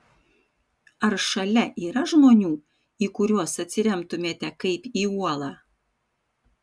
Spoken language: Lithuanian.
ar šalia yra žmonių į kuriuos atsiremtumėte kaip į uolą